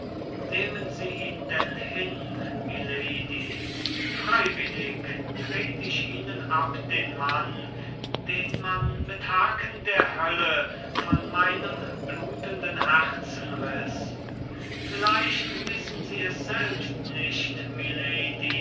nehmen sie ihn denn hin milady freiwillig tret ich ihnen ab den mann den man mit haken der hölle von meinem blutenden herzen riß vielleicht wissen sie es selbst nicht milady